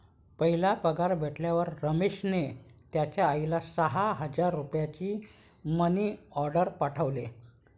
पहिला पगार भेटल्यावर रमेशने त्याचा आईला सहा हजार रुपयांचा मनी ओर्डेर पाठवले